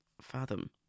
fathom